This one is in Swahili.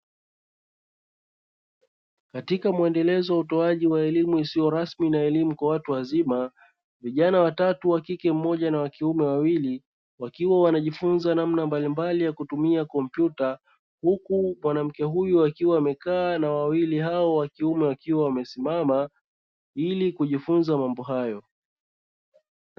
Katika muendelezo wa utoaji wa elimu isiyo rasmi na elimu kwa watu wazima, vijana watatu wa kike mmoja na wa kiume wawili wakiwa wanajifunza namna mbalimbali za kutumia kompyuta, huku mwanamke huyo akiwa amekaa na wawili hao wa kiume wakiwa wamesimama ili kujifunza mambo hayo.